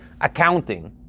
accounting